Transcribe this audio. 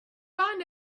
found